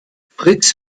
fritz